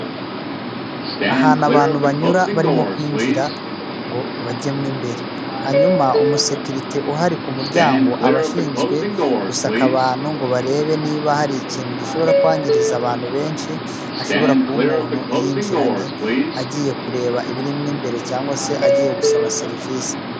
Ahanu abanu banyura barimo kwinjira ngo bageremo imbere. Hanyuma umusekeriti uhari ku muryango, abashinzwe gusaka abantu ngo barebe niba hari ikinu gishobora kwangiriza abanu benshi, ashobora kuba umunu yinjiranye agiye kureba ibirimo imbere cyangwa se agiye gusaba serivisi.